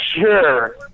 Sure